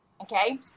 Okay